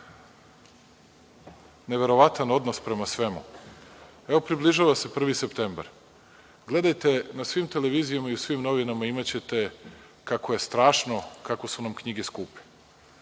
neverovatan odnos prema svemu. Evo, približava se 1. septembar. Gledajte, na svim televizijama i svim novinama imaćete kako je strašno kako su nam knjige skupe.